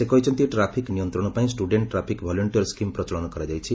ସେ କହିଛନ୍ତି ଟ୍ରାଫିକ୍ ନିୟନ୍ତଣ ପାଇଁ ଷ୍ଷୁଡେଣ୍କ ଟ୍ରାଫିକ୍ ଭଲ୍ୟୁଷ୍ଟର ସ୍କିମ୍ ପ୍ରଚଳନ କରାଯାଇଛି